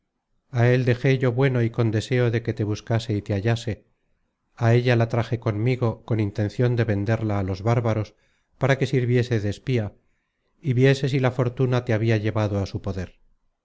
á él dejé yo bueno y con deseo de que te buscase y te hallase á ella la traje conmigo con intencion de venderla á los bárbaros para que sirviese tes content from google book search generated at de espía y viese si la fortuna te habia llevado á su poder